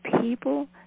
people